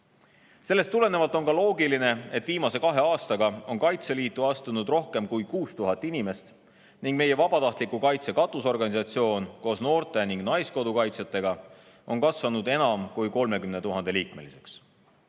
Sellest tulenevalt on ka loogiline, et viimase kahe aastaga on Kaitseliitu astunud rohkem kui 6000 inimest ning meie vabatahtliku kaitse katusorganisatsioon koos noorte ning naiskodukaitsjatega on kasvanud enam kui 30 000-liikmeliseks.